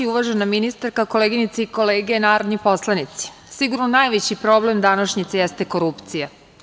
Uvažena ministarka, koleginice i kolege narodni poslanici, sigurno najveći problem današnjice jeste korupcija.